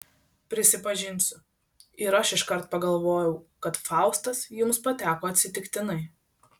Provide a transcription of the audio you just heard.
prisipažinsiu ir aš iškart pagalvojau kad faustas jums pateko atsitiktinai